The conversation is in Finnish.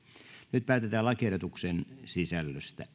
nyt päätetään lakiehdotuksen sisällöstä